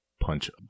punch